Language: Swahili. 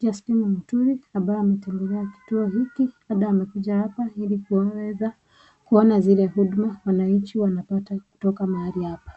Justin Muturi ambaye ametembelea kituo hiki, labda amekuja hapa ili kuweza kuona zile huduma wananchi wanapata kutoka mahali hapa.